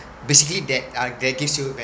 basically that uh that gives you